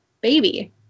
baby